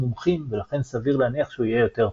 מומחים ולכן סביר להניח שהוא יהיה יותר טוב.